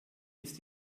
ist